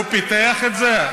הוא פיתח את זה?